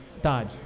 Dodge